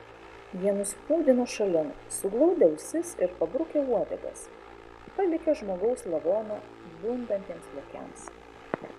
jie nuspūdino šalin suglaudę ausis ir pabrukę uodegas palikę žmogaus lavoną bundantiems lokiams